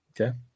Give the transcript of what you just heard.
okay